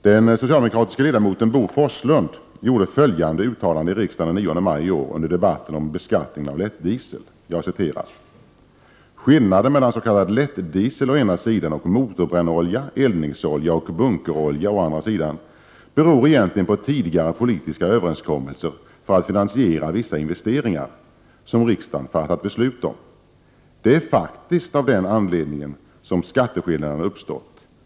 Den socialdemokratiske ledamoten Bo Forslund gjorde följande uttalande i riksdagen den 9 maj i år i samband med debatten om beskattningen av lättdiesel: ”Skillnaden mellan s.k. lättdiesel å ena sidan och motorbrännolja, eldningsolja och bunkerolja å andra sidan beror egentligen närmast på tidigare politiska överenskommelser för att finansiera vissa investeringar, som riksdagen fattat beslut om. Det är faktiskt av den anledningen som skatteskillnaderna uppstått.